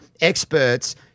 experts